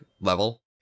level